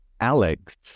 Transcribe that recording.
Alex